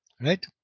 right